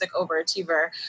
overachiever